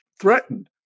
threatened